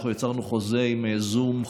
אנחנו יצרנו חוזה עם זום,